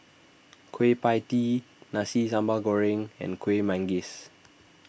Kueh Pie Tee Nasi Sambal Goreng and Kueh Manggis